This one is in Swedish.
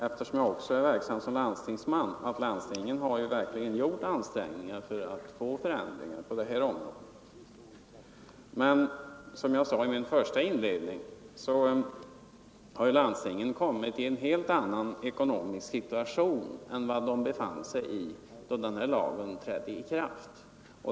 Eftersom jag också är verksam som landstingsman kan jag erkänna att landstingen verkligen har gjort ansträngningar för att få till stånd förändringar på det här området. Men som jag sade i mitt inledningsanförande har landstingen kommit i en helt annan ekonomisk situation än de befann sig i när den här lagen trädde i kraft.